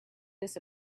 this